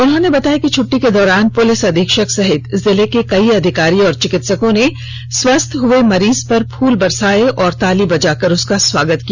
उन्होंने बताया कि छट्टी के दौरान पुलिस अधीक्षक सहित जिले के कई अधिकारी और चिंकित्सकों ने स्वस्थ्य हुए मरीज पर फूल बरसाए और ताली बजाकर उसका स्वागत किया